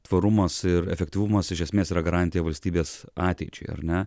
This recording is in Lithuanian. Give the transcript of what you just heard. tvarumas ir efektyvumas iš esmės yra garantija valstybės ateičiai ar ne